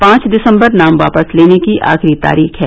पांच दिसम्बर नाम वापस लेने की आखिरी तारीख है